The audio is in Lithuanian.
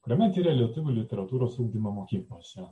kuriame tiria lietuvių literatūros ugdymą mokyklose